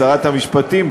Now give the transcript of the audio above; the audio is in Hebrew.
שרת המשפטים,